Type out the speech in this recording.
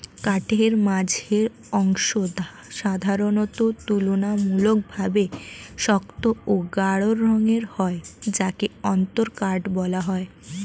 কাঠের মাঝের অংশ সাধারণত তুলনামূলকভাবে শক্ত ও গাঢ় রঙের হয় যাকে অন্তরকাঠ বলা হয়